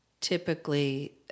Typically